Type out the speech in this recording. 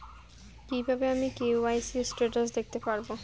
কিভাবে আমি KYC status দেখতে পারবো?